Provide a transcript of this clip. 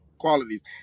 qualities